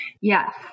Yes